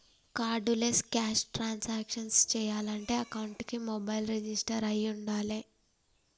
cardless cash transactions చెయ్యాలంటే అకౌంట్కి mobile register అయ్యి వుండాలే